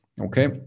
okay